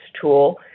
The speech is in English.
tool